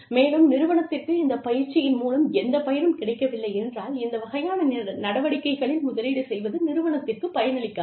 மேலும் நிறுவனத்திற்கு இந்த பயிற்சியின் மூலம் எந்த பயனும் கிடைக்கவில்லை என்றால் இந்த வகையான நடவடிக்கைகளில் முதலீடு செய்வது நிறுவனத்திற்கு பயனளிக்காது